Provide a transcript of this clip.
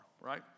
Right